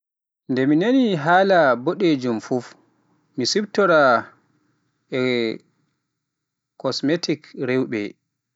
Nde mi nani haala boɗeejom e mi siftora e kosmetik rewɓe.